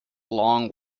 long